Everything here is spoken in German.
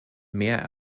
mehr